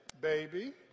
baby